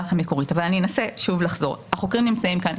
המקורית אבל אני אנסה שוב לחזור ואומר שהחוקרים נמצאים כאן,